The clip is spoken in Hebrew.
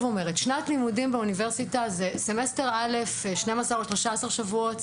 שנת לימודים באוניברסיטה סמסטר א' הוא 12-13 שבועות,